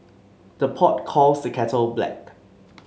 the pot calls the kettle black